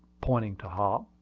pointing to hop.